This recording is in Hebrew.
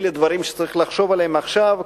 אלה דברים שצריך לחשוב עליהם עכשיו,